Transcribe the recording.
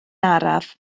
araf